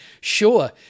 sure